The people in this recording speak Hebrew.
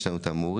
יש לנו את המורים,